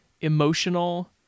emotional